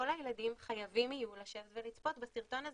כל הילדים יהיו חייבים לשבת ולצפות בסרטון הזה,